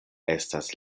estas